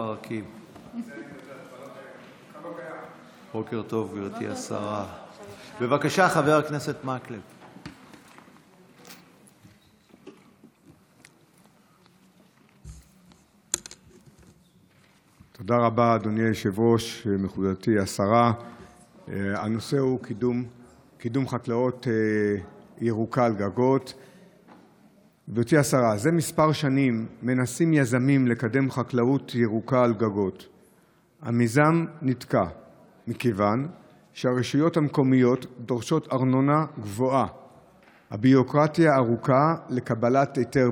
שעה 11:00 תוכן העניינים שאילתות דחופות 9 474. קידום חקלאות ירוקה על